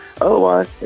Otherwise